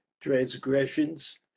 transgressions